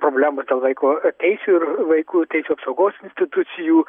problemos dėl vaiko teisių ir vaikų teisių apsaugos institucijų